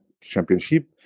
championship